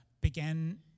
began